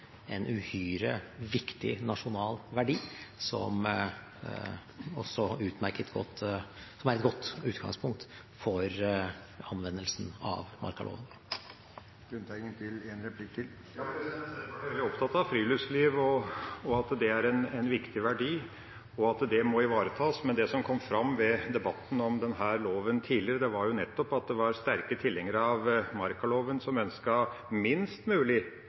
en uhyre viktig nasjonal verdi, som er et godt utgangspunkt for anvendelsen av markaloven. Ja, Senterpartiet er veldig opptatt av friluftsliv, at det er en viktig verdi, og at det må ivaretas, men det som kom fram ved debatten om denne loven tidligere, var nettopp at det var sterke tilhengere av markaloven som ønsket minst mulig